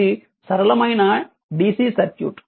అది సరళమైన DC అని సర్క్యూట్